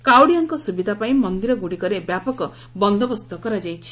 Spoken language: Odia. କାଉଡ଼ିଆଙ୍କ ସୁବିଧା ପାଇଁ ମନ୍ଦିରଗୁଡ଼ିକରେ ବ୍ୟାପକ ବନୋବସ୍ତ କରାଯାଇଛି